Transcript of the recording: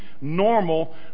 normal